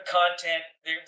content